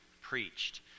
preached